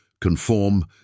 Conform